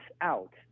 out